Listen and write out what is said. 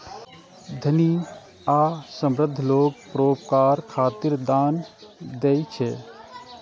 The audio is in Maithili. धनी आ समृद्ध लोग परोपकार खातिर दान दै छै